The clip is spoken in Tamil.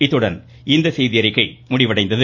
இத்துடன் இந்த செய்தியறிக்கை முடிவடைந்தது